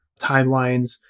timelines